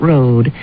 Road